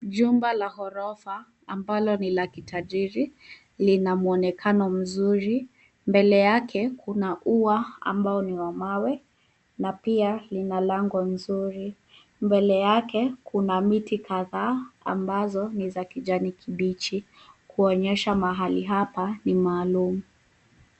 Jumba la ghorofa ambalo ni la kitajiri lina muonekano mzuri. Mbele yake kuna ua ambao ni wa mawe na pia lina lango nzuri. Mbele yake kuna miti kadhaa ambazo ni za kijani kibichi, kuonyesha mahali hapa ni maalum.